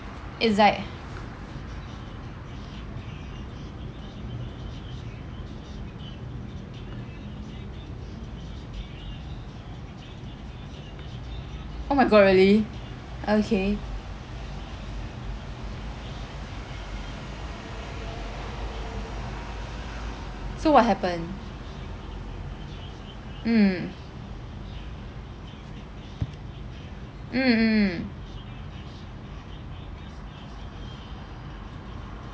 is like oh my god really okay so what happened mm mm mm mm